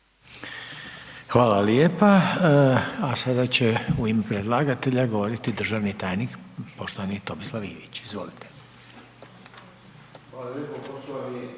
Hvala lijepa. A sada će u ime predlagatelja govoriti državni tajnik poštovani Tomislav Ivić, izvolite.